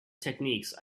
techniques